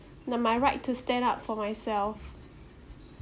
nah my right to stand up for myself